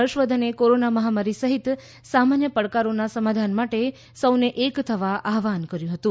હર્ષવર્ધને કોરોના મહામારી સહિત સામાન્ય પડકારોના સમાધાન માટે સૌને એક થવા આહ્વાન કર્યું હતું